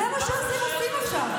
זה מה שאתם עושים עכשיו.